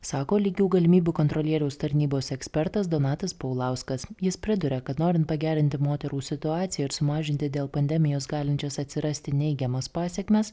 sako lygių galimybių kontrolieriaus tarnybos ekspertas donatas paulauskas jis priduria kad norint pagerinti moterų situaciją ir sumažinti dėl pandemijos galinčias atsirasti neigiamas pasekmes